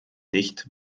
nicht